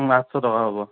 আঠশ টকা হ'ব